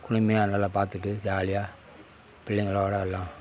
குளுமையாக நல்லா பார்த்துட்டு ஜாலியா பிள்ளைங்களோடு எல்லாம்